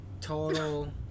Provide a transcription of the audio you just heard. total